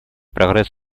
прогресс